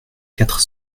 quatre